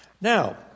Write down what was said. Now